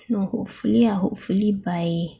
you know hopefully ah hopefully by